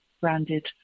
branded